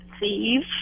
Thieves